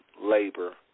labor